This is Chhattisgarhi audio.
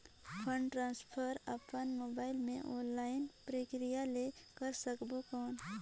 फंड ट्रांसफर अपन मोबाइल मे ऑनलाइन प्रक्रिया ले कर सकबो कौन?